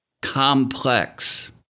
complex